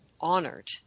honored